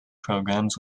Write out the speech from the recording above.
programs